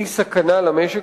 היא סכנה למשק,